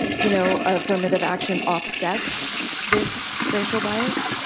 you know, affirmative action offsets this racial bias?